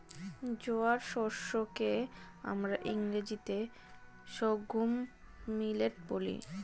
জোয়ার শস্য কে আমরা ইংরেজিতে সর্ঘুম মিলেট বলি